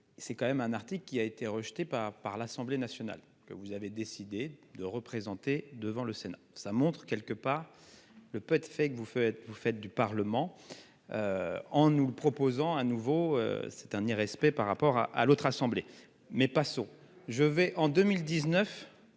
C'est quand même un article qui a été rejetée par par l'Assemblée nationale que vous avez décidé de représenter devant le Sénat. Ça montre quelques pas, le peu de fait que vous faites, vous faites du Parlement. En nous proposant un nouveau c'est un irrespect par rapport à à l'autre assemblée mais passons. Je vais en 2019